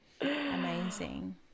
Amazing